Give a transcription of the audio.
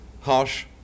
harsh